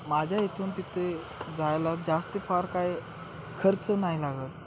माझ्या इथून तिथे जायला जास्त फार काय खर्च नाही लागत